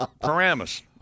Paramus